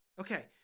Okay